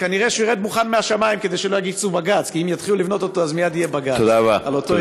וכנראה מישהו בממשלה לא היה מוכן שיבואו כל כך הרבה אנשים,